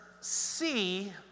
see